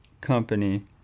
company